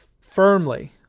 firmly